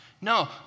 No